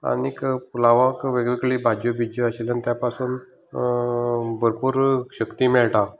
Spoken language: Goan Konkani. आनीक पुलावाक वेगवेगळ्यो भाजी भिजी आशिल्ल्यान त्या पासून भरपूर शक्ती मेळटा